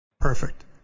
Perfect